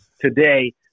today